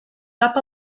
cap